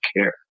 care